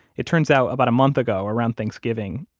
it turns out, about a month ago around thanksgiving,